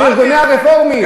לארגוני הרפורמים.